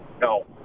No